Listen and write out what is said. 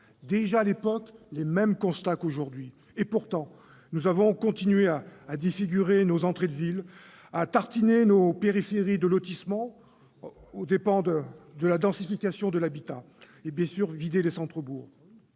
déjà, à l'époque, les mêmes constats qu'aujourd'hui. Et pourtant, nous avons continué à défigurer nos entrées de villes, à « tartiner » nos périphéries de lotissements aux dépens de la densification de l'habitat, et bien sûr vidé les centres-bourgs